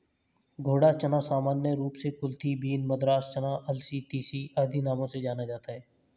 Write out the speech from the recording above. घोड़ा चना सामान्य रूप से कुलथी बीन, मद्रास चना, अलसी, तीसी आदि नामों से जाना जाता है